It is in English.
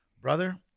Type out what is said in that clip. Brother